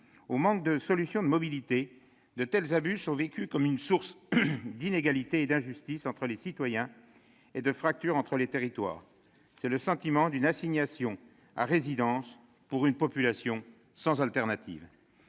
au manque de solutions de mobilité, de tels abus sont vécus comme une source d'inégalités et d'injustice entre les citoyens, et de fractures entre les territoires. C'est le sentiment d'une assignation à résidence pour une population sans solution